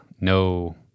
no